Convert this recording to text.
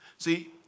See